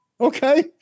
okay